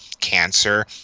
cancer